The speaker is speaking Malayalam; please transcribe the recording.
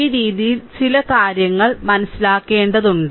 ഈ രീതിയിൽ ചില കാര്യങ്ങൾ മനസ്സിലാക്കേണ്ടതുണ്ട്